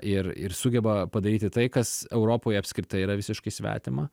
ir ir sugeba padaryti tai kas europoje apskritai yra visiškai svetima